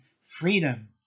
freedom